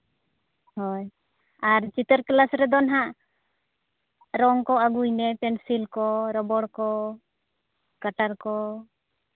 ᱦᱳᱭ ᱟᱨ ᱪᱤᱛᱟᱹᱨ ᱠᱞᱟᱥ ᱨᱮᱫᱚ ᱱᱟᱜ ᱨᱚᱝ ᱠᱚ ᱟᱹᱜᱩᱭ ᱢᱮ ᱯᱮᱱᱥᱤᱞ ᱠᱚ ᱨᱚᱵᱚᱨ ᱠᱚ ᱠᱟᱴᱟᱨ ᱠᱚ